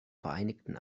vereinigten